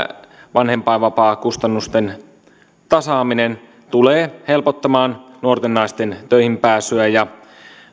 vanhempainvapaan kustannusten tasaaminen tulee helpottamaan nuorten naisten töihin pääsyä ja